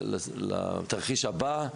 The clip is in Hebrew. נלך לתרחיש הבא,